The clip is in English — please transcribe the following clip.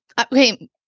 okay